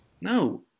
No